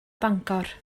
bangor